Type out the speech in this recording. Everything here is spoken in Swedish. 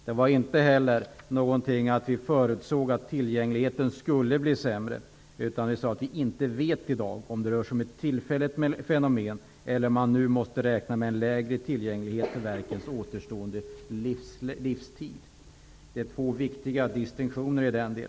Det var inte heller så att vi förutsåg att tillgängligheten skulle bli sämre, utan vi sade att vi i dag inte vet om det rör sig om ett tillfälligt fenomen, eller om man nu måste räkna med en lägre tillgänglighet under verkens återstående livstid. Det är också en distinktion.